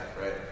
right